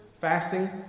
fasting